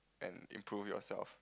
and improve yourself